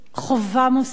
חובה מוסרית,